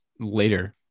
Later